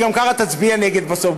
כי גם ככה תצביע נגד בסוף,